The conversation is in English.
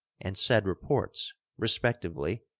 and said reports, respectively,